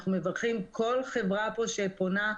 אנחנו מברכים כל חברה פה שפונה,